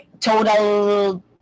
total